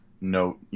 note